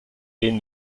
den